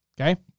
Okay